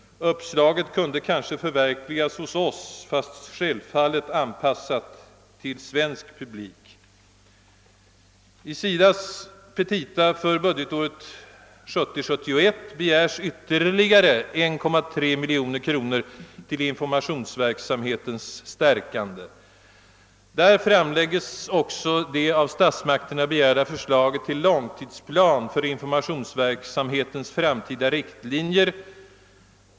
Uppslaget kunde kanske förverkligas hos oss, självfallet anpassat till svensk publik. I SIDA:s petita för budgetåret 1970/ 71 begärs ytterligare 1,3 miljon kronor till informationsverksamhetens stärkande. Där framläggs också det av statsmakterna begärda förslaget till långtidsplan för informationsverksamhetens framtida riktlinjer och omfattning.